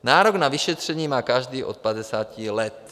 Nárok na vyšetření má každý od padesáti let.